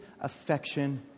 affection